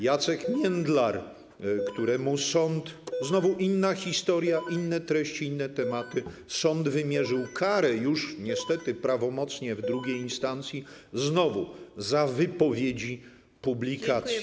Jacek Międlar, któremu sąd - znowu inna historia, inne treści, inne tematy - wymierzył karę już niestety prawomocnie, w drugiej instancji, znowu za wypowiedzi, publikacje.